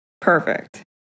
Perfect